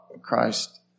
Christ